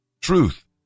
Truth